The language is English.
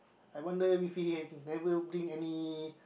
I wonder if he have never bring any